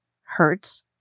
hurts